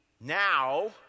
Now